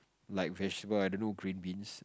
like vegetable I don't know green beans